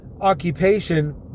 occupation